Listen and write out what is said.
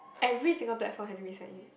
every single platform have to resign in